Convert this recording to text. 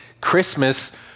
Christmas